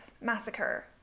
massacre